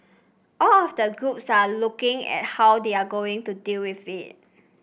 all of the groups are looking at how they are going to deal with it